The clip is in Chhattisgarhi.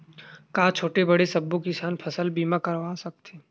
का छोटे बड़े सबो किसान फसल बीमा करवा सकथे?